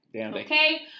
Okay